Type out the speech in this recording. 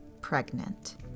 pregnant